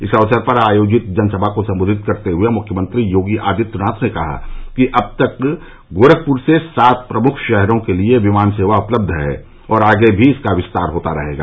इस अवसर पर आयोजित सभा को सम्बोधित करते हुये मुख्यमंत्री योगी आदित्यनाथ ने कहा कि अब तक गोरखपुर से सात प्रमुख शहरों के लिये विमान सेवा उपलब्ध है और आगे भी इसका विस्तार होता रहेगा